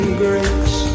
grace